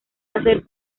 hacer